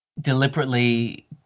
deliberately